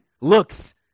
looks